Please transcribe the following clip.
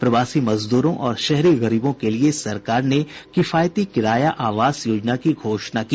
प्रवासी मजदूरों और शहरी गरीबों के लिए सरकार ने किफायती किराया आवास योजना की घोषणा की